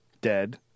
Dead